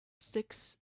six